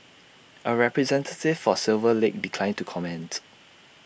A representative for silver lake declined to comment